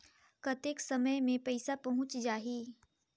कतेक समय मे पइसा पहुंच जाही?